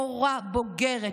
מורה בוגרת,